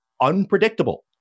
unpredictable